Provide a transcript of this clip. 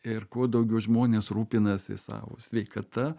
ir kuo daugiau žmonės rūpinasi savo sveikata